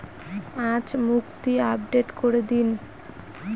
আজ মুক্তি আপডেট করে দিন